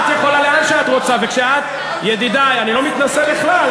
את יכולה לאן שאת רוצה, ידידי, אני לא מתנשא בכלל.